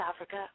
Africa